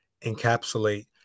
encapsulate